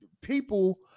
people